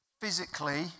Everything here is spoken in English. physically